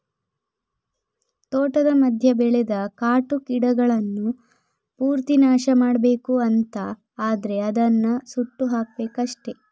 ತೋಟದ ಮಧ್ಯ ಬೆಳೆದ ಕಾಟು ಗಿಡಗಳನ್ನ ಪೂರ್ತಿ ನಾಶ ಮಾಡ್ಬೇಕು ಅಂತ ಆದ್ರೆ ಅದನ್ನ ಸುಟ್ಟು ಹಾಕ್ಬೇಕಷ್ಟೆ